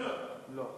לא, לא.